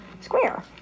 Square